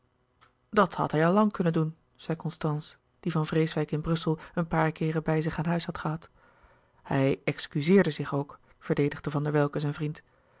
dat had hij al lang kunnen doen zei constance die van vreeswijck in brussel een louis couperus de boeken der kleine zielen paar keeren bij zich aan huis had gehad hij excuzeerde zich ook verdedigde van der welcke zijn vriend